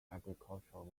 agricultural